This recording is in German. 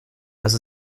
dass